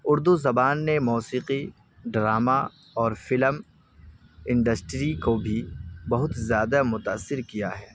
اردو زبان نے موسیقی ڈرامہ اور فلم انڈسٹری کو بھی بہت زیادہ متأثر کیا ہے